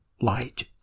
light